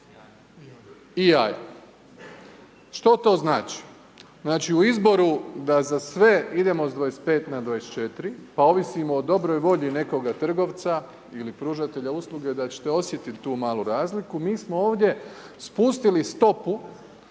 i jaja. Što to znači? Znači u izboru da za sve idemo s 25 na 24, pa ovisimo o dobroj volji nekoga trgovca ili pružatelja usluga da ćete osjetiti tu malu razliku, mi smo ovdje spustili stopu